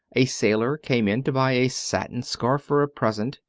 a sailor came in to buy a satin scarf for a present.